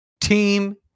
team